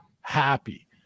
happy